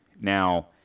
Now